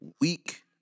week